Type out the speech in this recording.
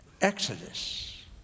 exodus